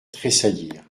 tressaillirent